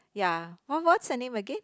ya what what's her name again